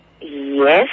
Yes